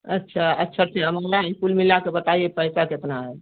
अच्छा अच्छा कुल मिलाकर बताइए पैसा कितना है